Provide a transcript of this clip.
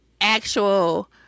actual